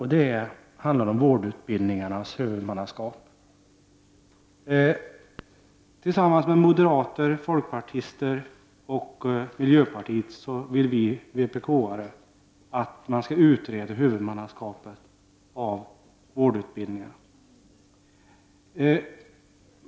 Den handlar om vårdutbildningarnas huvudmannaskap. Vi i vpk vill tillsammans med moderater, folkpartister och miljöpartister att man skall utreda vårdutbildningarnas huvudmannaskap.